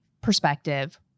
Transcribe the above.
perspective